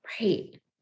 Right